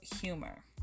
humor